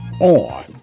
on